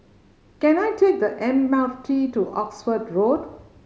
can I take the M R T to Oxford Road